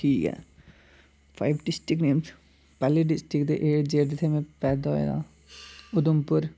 ठीक ऐ five district names पैह्ली डिस्ट्रिक ते एह् जित्थें में पैदा होएआ उधमपुर